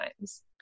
times